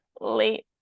late